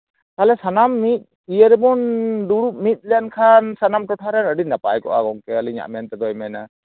ᱛᱟᱦᱚᱞᱮ ᱥᱟᱱᱟᱢ ᱢᱤᱫ ᱤᱭᱟᱹ ᱨᱮᱵᱚᱱ ᱫᱩᱲᱩᱵᱽ ᱢᱤᱫ ᱞᱮᱱᱠᱷᱟᱱ ᱥᱟᱱᱟᱢ ᱴᱚᱴᱷᱟ ᱨᱮᱱ ᱟᱹᱰᱤ ᱱᱟᱯᱟᱭ ᱠᱚᱜᱼᱟ ᱜᱚᱝᱠᱮ ᱟᱹᱞᱤᱧᱟᱜ ᱢᱮᱱᱛᱮᱫᱚᱭ ᱢᱮᱱᱟ